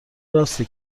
راسته